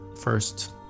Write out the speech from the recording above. first